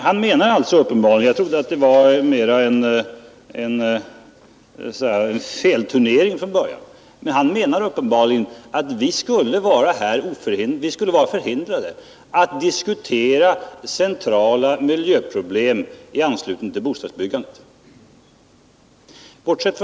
Han menar tydligen på fullt allvar — jag trodde från början att det var en felturnering — att vi skall vara förhindrade att diskutera centrala miljöproblem i anslutning till bostadsbyggandet.